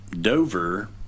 Dover